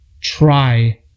try